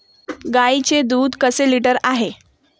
गाईचे दूध कसे लिटर आहे?